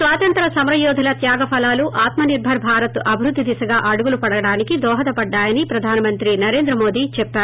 స్వాతంత్ర్య సమరయోధుల త్యాగ ఫలాలు ఆత్మనిర్సర్ భారత్ అభివృద్ది దిశగా అడుగులు పడడానికి దోహదపడ్డాయని ప్రధానమంత్రి నరేంద్ర మోదీ చెప్పారు